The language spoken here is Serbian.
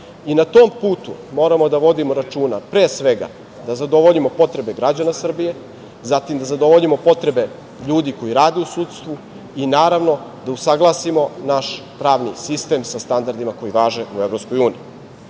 Na tom putu moramo da vodimo računa, pre svega, da zadovoljimo potrebe građana Srbije, zatim, da zadovoljimo potrebe ljudi koji rade u sudstvu i, naravno, da usaglasimo naš pravni sistem sa standardima koji važe u